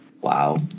Wow